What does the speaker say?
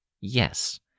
Yes